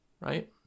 right